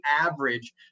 average